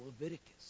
Leviticus